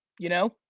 you know.